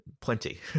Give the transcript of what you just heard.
plenty